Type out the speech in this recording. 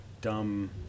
dumb